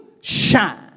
shine